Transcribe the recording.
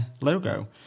logo